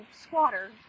squatter